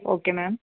okay ma'am